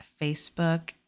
Facebook